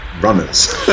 runners